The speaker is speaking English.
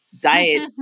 Diet